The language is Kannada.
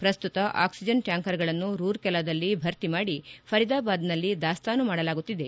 ಪ್ರಸ್ತುತ ಆಕ್ಷಿಜನ್ ಟ್ಡಾಕರ್ಗಳನ್ನು ರೂರ್ಕೆಲಾದಲ್ಲಿ ಭರ್ತಿಮಾಡಿ ಫರಿದಾಬಾದ್ನಲ್ಲಿ ದಾಸ್ತಾನು ಮಾಡಲಾಗುತ್ತಿದೆ